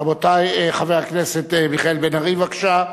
רבותי, חבר הכנסת מיכאל בן-ארי, בבקשה.